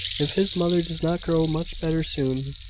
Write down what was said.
if his mother does not grow much better soon,